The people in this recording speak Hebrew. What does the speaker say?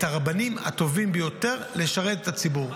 הרבנים הטובים ביותר לשרת את הציבור.